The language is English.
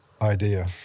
idea